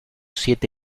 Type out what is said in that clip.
siete